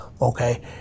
okay